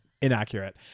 Inaccurate